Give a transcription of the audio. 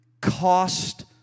cost